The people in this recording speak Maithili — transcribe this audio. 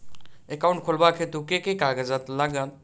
एकाउन्ट खोलाबक हेतु केँ कागज लागत?